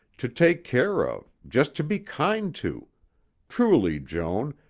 to take care of, just to be kind to truly, joan,